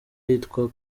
yitwa